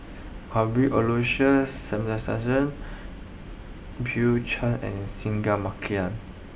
Cuthbert Aloysius Shepherdson Bill Chen and Singai Mukilan